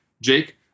Jake